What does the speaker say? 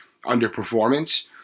underperformance